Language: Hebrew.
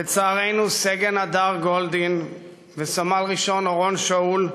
לצערנו, סגן הדר גולדין וסמל ראשון אורון שאול,